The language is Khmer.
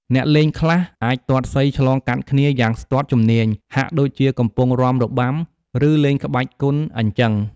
អ្នកលេងខ្លះអាចទាត់សីឆ្លងកាត់គ្នាយ៉ាងស្ទាត់ជំនាញ ហាក់ដូចជាកំពុងរាំរបាំ ឬលេងក្បាច់គុនអីចឹង។